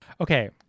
Okay